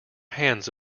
hands